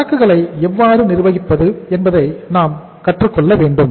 சரக்குகளை எவ்வாறு நிர்வகிப்பது என்பதை நாம் கற்றுக்கொள்ள வேண்டும்